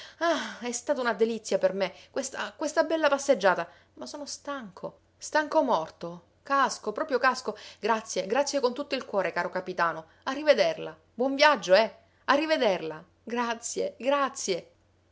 ah è stata una delizia per me questa questa bella passeggiata ma sono stanco stanco morto casco proprio casco grazie grazie con tutto il cuore caro capitano a rivederla buon viaggio eh a rivederla grazie grazie